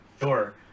Sure